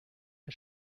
als